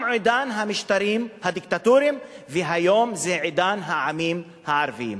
עידן המשטרים הדיקטטוריים והיום זה עידן העמים הערביים.